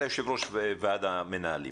היות שאתה יושב-ראש ארגון המנהלים